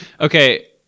Okay